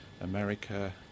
America